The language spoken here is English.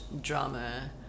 drama